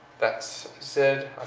that said,